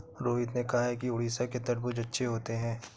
रोहित ने कहा कि उड़ीसा के तरबूज़ अच्छे होते हैं